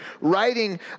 writing